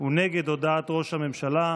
הוא נגד הודעת ראש הממשלה.